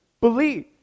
believe